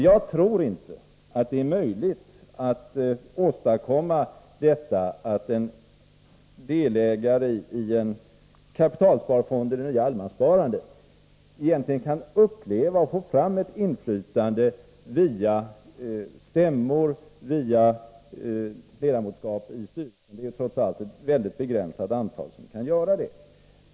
Jag tror dock inte att det är möjligt att åstadkomma att en delägare i en kapitalsparfond i det nya allemanssparandet får uppleva ett inflytande via stämmor och ledamotskap i styrelser. Det är trots allt ett mycket begränsat antal som kan göra det.